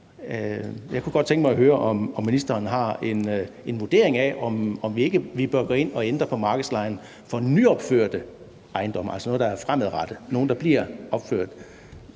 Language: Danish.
Jeg kunne godt tænke mig at høre, om ministeren har en vurdering af, om vi ikke bør gå ind at ændre på markedslejen for nyopførte ejendomme, altså for ejendomme, der bliver opført